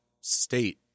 state